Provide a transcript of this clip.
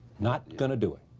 not gonna do it.